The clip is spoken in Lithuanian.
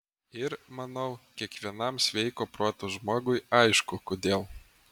ir manau kiekvienam sveiko proto žmogui aišku kodėl